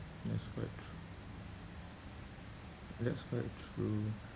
that's quite true that's quite true